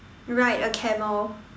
ride a camel